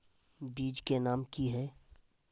बीज के नाम की है?